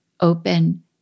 open